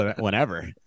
whenever